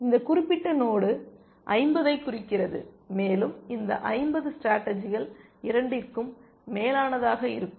இந்த குறிப்பிட்ட நோடு 50ஐ குறிக்கிறது மேலும் இந்த 50 ஸ்டேடர்ஜிகள் இரண்டிற்கும் மேலானதாக இருக்கும்